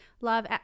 love